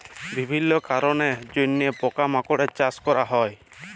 বিভিল্য কারলের জন্হে পকা মাকড়ের চাস ক্যরা হ্যয়ে